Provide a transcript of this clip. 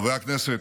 חברי הכנסת,